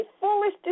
foolish